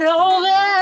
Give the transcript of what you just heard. over